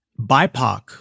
BIPOC